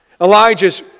Elijah's